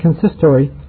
consistory